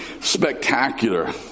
spectacular